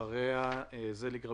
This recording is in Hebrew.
אחריה נשמע את זליג רבינוביץ,